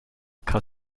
kann